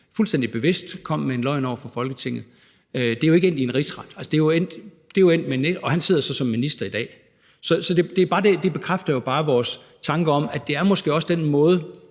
fuldstændig bevidst kom han med en løgn over for Folketinget. Det endte jo ikke med en rigsret. Det endte jo med en næse, og han sidder så som minister i dag. Så det bekræfter jo bare vores tanker om, at det måske også er den måde,